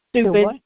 Stupid